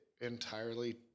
entirely